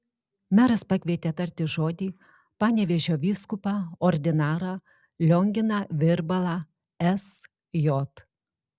meras pakvietė tarti žodį panevėžio vyskupą ordinarą lionginą virbalą sj